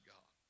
God